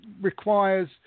requires